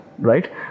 Right